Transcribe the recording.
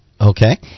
Okay